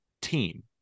team